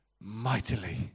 mightily